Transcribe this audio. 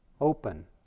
open